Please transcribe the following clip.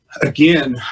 again